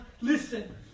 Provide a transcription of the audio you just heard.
Listen